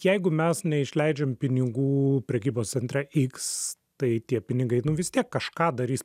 jeigu mes neišleidžiam pinigų prekybos centre iks tai tie pinigai vis tiek kažką darys